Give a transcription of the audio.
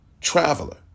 traveler